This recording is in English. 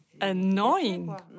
annoying